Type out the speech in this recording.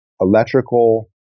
electrical